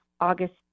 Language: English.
August